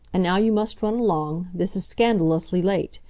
and now you must run along. this is scandalously late.